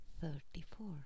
thirty-four